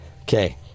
Okay